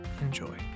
Enjoy